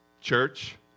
church